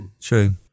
True